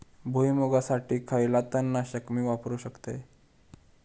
भुईमुगासाठी खयला तण नाशक मी वापरू शकतय?